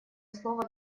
слово